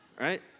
right